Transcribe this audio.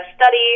study